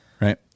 right